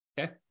okay